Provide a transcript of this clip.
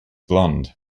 blonde